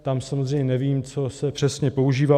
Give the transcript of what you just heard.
Tam samozřejmě nevím, co se přesně používá.